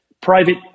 private